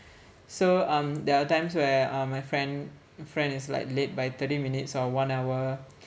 so um there are times where uh my friend friend is like late by thirty minutes or one hour